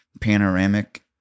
panoramic